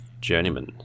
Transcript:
journeyman